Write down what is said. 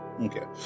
Okay